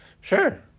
sure